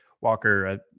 Walker